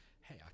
hey